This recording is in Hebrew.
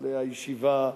כותלי הישיבה,